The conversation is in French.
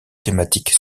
thématique